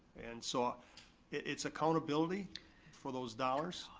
and so it's accountability for those dollars.